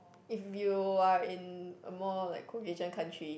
if you are in a more like Caucasian country